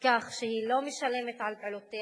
כך שהיא לא משלמת על פעולותיה